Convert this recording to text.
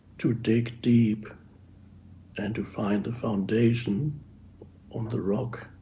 to dig deep and to find the foundation on the rock?